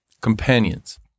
companions